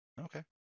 Okay